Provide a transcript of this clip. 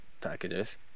packages